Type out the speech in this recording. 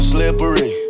Slippery